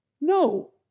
No